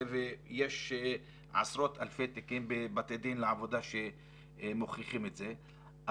ויש עשרות אלפי תיקים בבתי דין לעבודה שמוכיחים את זה,